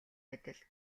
адил